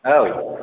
औ